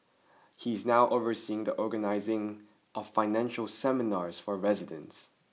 he is now overseeing the organising of financial seminars for residents